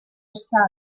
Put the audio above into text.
està